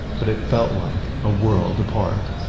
but it felt like a world apart.